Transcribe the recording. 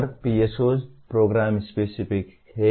और PSOs program specific हैं